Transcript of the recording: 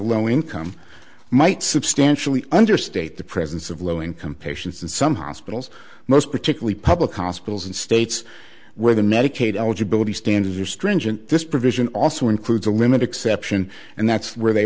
low income might substantially understate the presence of low income patients and some hospitals most particularly public hospitals in states where the medicaid eligibility standards are stringent this provision also includes a limit exception and that's where they